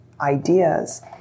ideas